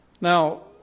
Now